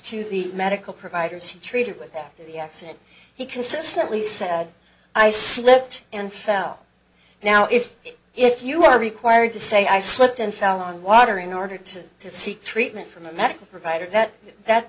to the medical providers he treated with at the accident he consistently said i slipped and fell now if if you are required to say i slipped and fell on water in order to seek treatment from a medical provider that that